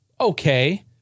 okay